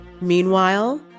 Meanwhile